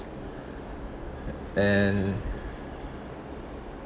and